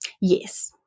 Yes